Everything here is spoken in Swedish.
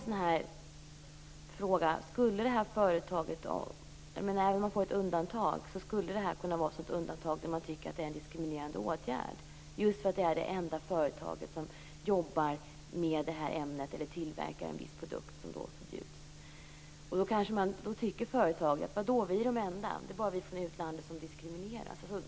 Även om företaget skulle få ett undantag är det en diskriminerande åtgärd just därför att det är det enda företaget som tillverkar en viss produkt som förbjuds. Då tycker man kanske i företaget att man diskrimineras från utlandet.